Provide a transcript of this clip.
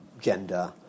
gender